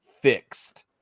fixed